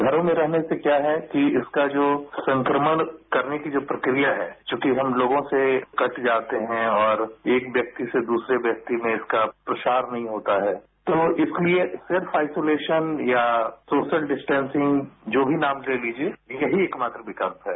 घरों में रहने से क्या है कि इसका जो संक्रमण करने की जो प्रक्रिया है चुंकि हम लोगों से कट जाते हैं और एक व्यक्ति से दुसरे व्यक्ति में इसका प्रसार नहीं होता है तो इसलिए आईसोलेशन या सोशल डिस्टेशन जो भी नाम दे दीजिए यही एकमात्र विकल्प है